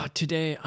today